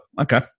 Okay